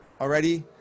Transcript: already